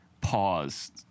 pause